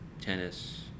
Tennis